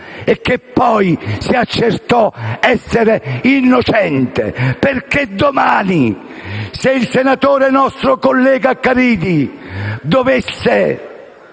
e che poi si accertò essere innocente. Perché domani, se il senatore nostro collega Caridi dovesse